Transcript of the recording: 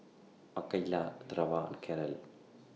Makaila Treva and Carol